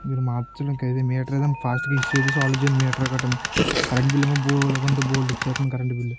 మీరు మార్చడానికి అయితే మీటర్ ఏదన్నఫాస్ట్గా ఇష్యూ అయితే సాల్వ్ చేయండి మీటర్ కట్ట అని కరెంట్ బిల్ ఏమో బోలెడు అంటే బోలెడు వస్తుంది కరెంట్ బిల్